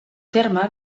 terme